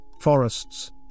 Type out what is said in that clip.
forests